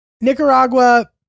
nicaragua